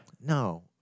no